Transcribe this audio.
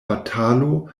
batalo